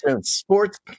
sports